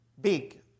big